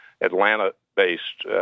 Atlanta-based